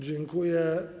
Dziękuję.